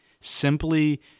Simply